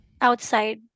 outside